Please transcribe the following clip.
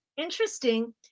Interesting